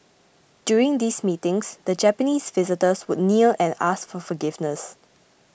during these meetings the Japanese visitors would kneel and ask for forgiveness